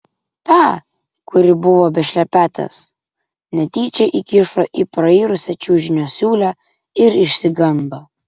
tą kuri buvo be šlepetės netyčia įkišo į prairusią čiužinio siūlę ir išsigando